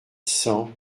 cent